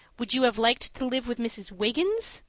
would you have liked to live with mrs. wiggins?